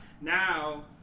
Now